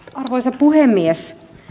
arvoisa puhemies